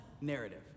narrative